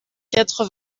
quatre